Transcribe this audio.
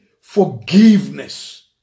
forgiveness